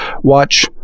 watch